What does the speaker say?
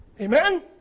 amen